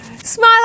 Smile